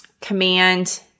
Command